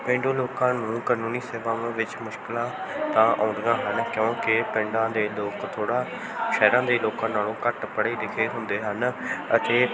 ਪੇਂਡੂ ਲੋਕਾਂ ਨੂੰ ਕਾਨੂੰਨੀ ਸੇਵਾਵਾਂ ਵਿੱਚ ਮੁਸ਼ਕਿਲਾਂ ਤਾਂ ਆਉਂਦੀਆਂ ਹਨ ਕਿਉਂਕਿ ਪਿੰਡਾਂ ਦੇ ਲੋਕ ਥੋੜ੍ਹਾ ਸ਼ਹਿਰਾਂ ਦੇ ਲੋਕਾਂ ਨਾਲੋਂ ਘੱਟ ਪੜ੍ਹੇ ਲਿਖੇ ਹੁੰਦੇ ਹਨ ਅਤੇ